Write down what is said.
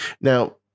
Now